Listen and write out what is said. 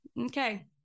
Okay